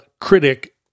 critic